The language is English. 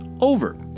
over